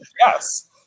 Yes